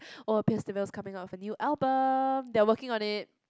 oh Pierce the Veil is coming out with a new album they are working on it